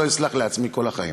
לא אסלח לעצמי כל החיים,